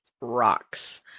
rocks